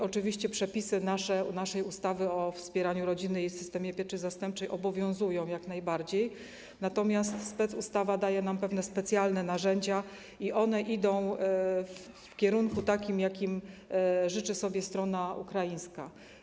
Oczywiście przepisy naszej ustawy o wspieraniu rodziny i systemie pieczy zastępczej obowiązują jak najbardziej, natomiast specustawa daje nam pewne specjalne narzędzia i one idą w kierunku takim, jakiego życzy sobie strona ukraińska.